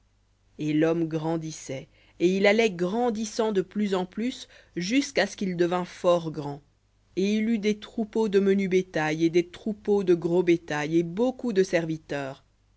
et l'homme grandissait et il allait grandissant de plus en plus jusqu'à ce qu'il devint fort grand et il eut des troupeaux de menu bétail et des troupeaux de gros bétail et beaucoup de serviteurs